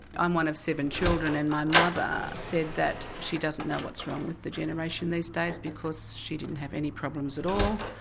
i'm one of seven children and my mother said that she doesn't know what's wrong with the generation these days because she didn't have any problems at all.